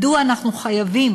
מדוע אנחנו חייבים,